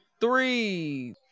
three